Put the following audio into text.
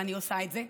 אבל אני עושה את זה.